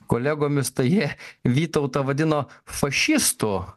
kolegomis tai jie vytautą vadino fašistu